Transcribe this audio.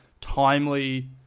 timely